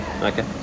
Okay